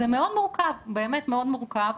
זה מאוד מורכב, באמת, מאוד מורכב